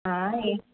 ఏంటి